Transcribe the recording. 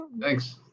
Thanks